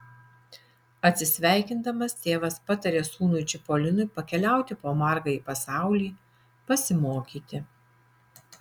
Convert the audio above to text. atsisveikindamas tėvas pataria sūnui čipolinui pakeliauti po margąjį pasaulį pasimokyti